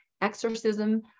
exorcism